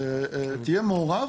זאת אומרת תהיה מעורב,